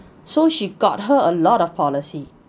so she got her a lot of policy